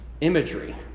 imagery